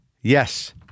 Yes